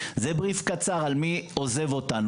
מי עוזב אותנו?